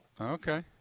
Okay